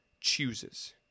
chooses